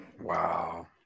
Wow